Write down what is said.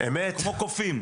כמו קופים.